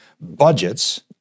budgets